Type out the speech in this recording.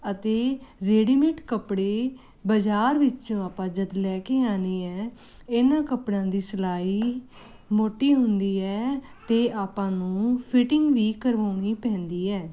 ਅਤੇ ਰੇਡੀਮੇਟ ਕੱਪੜੇ ਬਾਜ਼ਾਰ ਵਿੱਚੋਂ ਆਪਾਂ ਜਦ ਲੈ ਕੇ ਆਨੇ ਐ ਇਹਨਾਂ ਕੱਪੜਿਆਂ ਦੀ ਸਿਲਾਈ ਮੋਟੀ ਹੁੰਦੀ ਹੈ ਤੇ ਆਪਾਂ ਨੂੰ ਫਿਟਿੰਗ ਵੀ ਕਰਵਾਉਨੀ ਪੈਂਦੀ ਐ